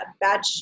badge